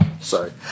Sorry